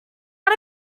out